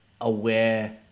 aware